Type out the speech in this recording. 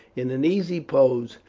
in an easy pose,